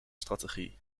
strategie